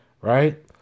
right